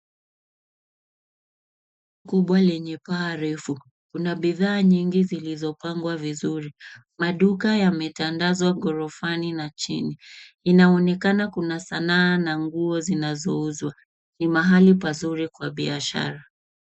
Jengo kubwa lenye paa refu. Kuna bidhaa nyingi zilizopangwa vizuri. Maduka yametandazwa gorofani na chini. Inaonekana kuna sanaa na nguo zinazouzwa. Ni mahali pazuri kwa biashara.